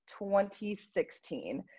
2016